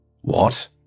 What